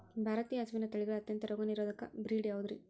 ಭಾರತೇಯ ಹಸುವಿನ ತಳಿಗಳ ಅತ್ಯಂತ ರೋಗನಿರೋಧಕ ಬ್ರೇಡ್ ಯಾವುದ್ರಿ?